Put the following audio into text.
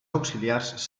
auxiliars